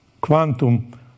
quantum